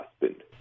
husband